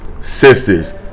sisters